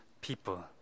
people